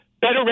better